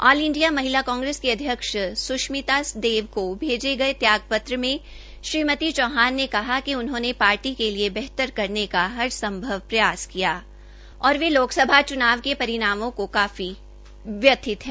all India महिला कांग्रेस की अध्यक्ष सुशमिता देव को भेजे गये त्याग पत्र में श्रीमती चौहान ने कहा कि उन्होंने पार्टी के लिये बेतहतर करने का हर संभव प्रयास किया और वे लोक सभा चुनाव के परिणामों से काफी व्यथित है